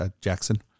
Jackson